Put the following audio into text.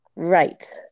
Right